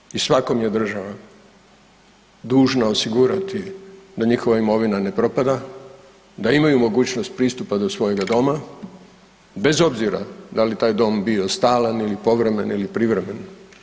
Svatko i svakom je država dužna osigurati da njihova imovina ne propada, da imaju mogućnost pristupa do svojega doma, bez obzira da li taj dom bio stalan ili povremen ili privremen.